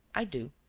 i do.